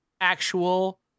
actual